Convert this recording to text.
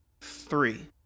Three